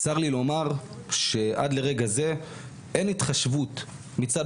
צר לי לומר שעד לרגע זה אין התחשבות מצד